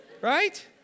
Right